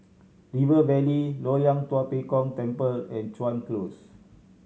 River Valley Loyang Tua Pek Kong Temple and Chuan Close